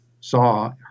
saw